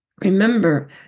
Remember